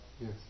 Yes